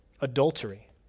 adultery